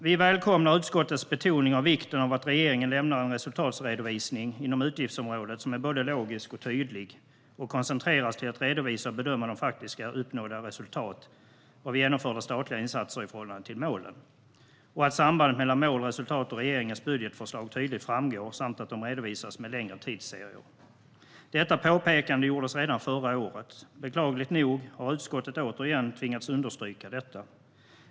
Vi välkomnar att utskottet betonar vikten av att regeringen lämnar en resultatredovisning inom utgiftsområdet som är logisk, tydlig och som koncentreras på en redovisning av faktiska uppnådda resultat av genomförda statliga insatser i förhållande till målen, och att sambandet mellan mål, resultat och regeringens budgetförslag tydligt framgår samt att de redovisas med längre tidsserier. Detta påpekande gjordes redan förra året. Beklagligt nog har utskottet återigen tvingats understryka detta.